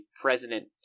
president